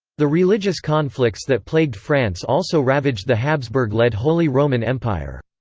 the religious conflicts that plagued france also ravaged the habsburg-led holy roman empire.